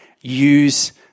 use